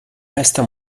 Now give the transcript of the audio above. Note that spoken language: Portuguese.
resta